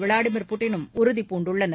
Vladimir புட்டினும் உறுதிபூண்டுள்ளனர்